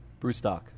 Brewstock